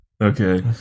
Okay